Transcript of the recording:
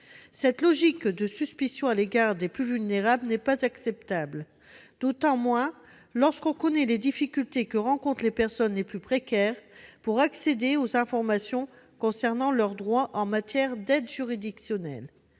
Cette logique de suspicion à l'égard des plus vulnérables n'est pas acceptable, d'autant moins lorsque l'on connaît les difficultés que rencontrent les personnes les plus précaires pour accéder aux informations concernant leurs droits en matière d'aide juridictionnelle.